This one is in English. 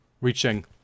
reaching